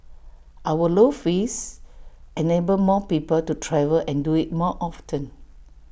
our low fares enable more people to travel and do IT more often